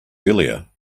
earlier